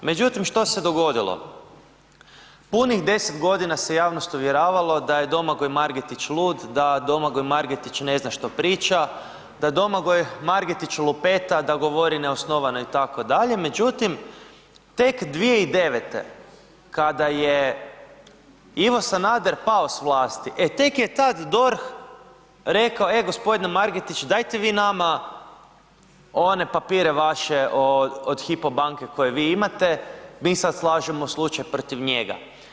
Međutim, što se dogodilo, punih 10 godina se javnost uvjeravalo da je Domagoj Margetić lud, da Domagoj Margetić ne zna što priča, da Domagoj Margetić lupeta, da govori neosnovano itd., međutim tek 2009. kada je Ivo Sanader pao s vlasti, e tek je tada DORH rekao, e gospodine Margetić dajte vi nama one papire vaše od Hypo banke koje vi imate mi sad slažemo slučaj protiv njega.